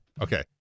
Okay